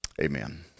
amen